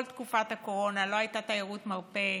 כל תקופת הקורונה לא הייתה תיירות מרפא,